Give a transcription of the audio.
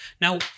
Now